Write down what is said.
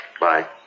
Bye